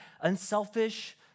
unselfish